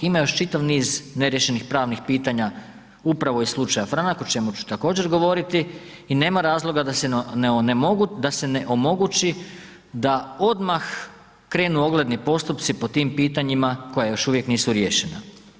Ima još čitav niz neriješenih pravnih pitanja upravo iz slučaja Franak, o čemu ću također govoriti i nema razloga da se ne omogući da odmah krenu ogledni postupci po tim pitanjima koja još uvijek nisu riješena.